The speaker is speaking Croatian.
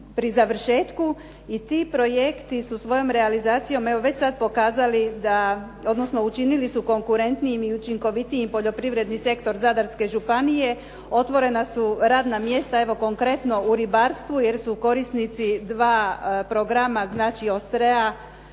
pri završetku i ti projekti su svojom realizacijom evo već sad pokazali, odnosno učinili su konkurentnijim i učinkovitijim poljoprivredni sektor Zadarske županije, otvorena su radna mjesta evo konkretno u ribarstvu jer su korisnici dva programa znači "Ostrea"